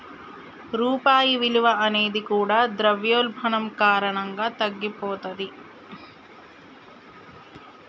రూపాయి విలువ అనేది కూడా ద్రవ్యోల్బణం కారణంగా తగ్గిపోతది